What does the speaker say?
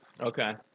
Okay